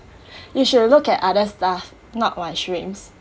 you should look at other stuff not my shrimps